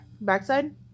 backside